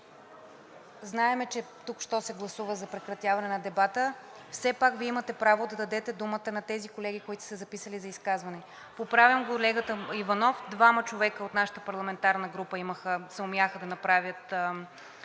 знаем, че току-що се гласува за прекратяване на дебата, все пак Вие имате право да дадете думата на тези колеги, които са се записали за изказване. Поправям колегата Иванов, двама човека от нашата парламентарна група съумяха да направят